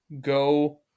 go